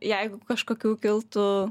jeigu kažkokių kiltų